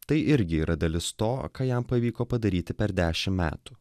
tai irgi yra dalis to ką jam pavyko padaryti per dešimt metų